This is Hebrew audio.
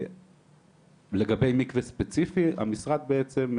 לגבי מקווה ספציפי המשרד בעצם,